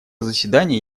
заседание